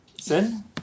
Sin